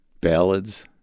ballads